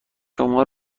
شما